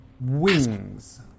wings